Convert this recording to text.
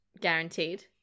guaranteed